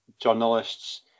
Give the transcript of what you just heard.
journalists